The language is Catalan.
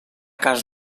cas